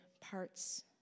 parts